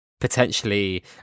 potentially